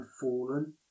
fallen